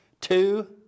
two